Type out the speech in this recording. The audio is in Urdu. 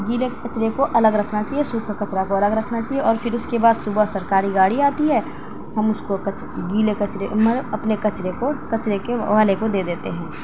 گیلے کچڑے کو الگ رکھنا چاہیے سوکھا کچڑا کو الگ رکھنا چاہیے اور پھر اس کے بعد صبح سرکاری گاڑی آتی ہے ہم اس کو کچ گیلے کچڑے میں اپنے کچرے کو کچڑے کے والے کو دے دیتے ہیں